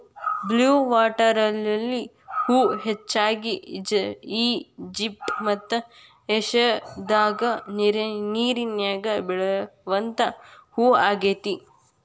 blue water lily ಹೂ ಹೆಚ್ಚಾಗಿ Egypt ಮತ್ತ ಏಷ್ಯಾದಾಗ ನೇರಿನ್ಯಾಗ ಬೆಳಿವಂತ ಹೂ ಆಗೇತಿ